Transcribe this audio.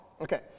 Okay